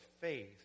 faith